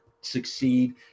succeed